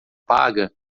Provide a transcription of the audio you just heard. paga